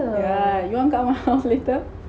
yeah you want to come my house later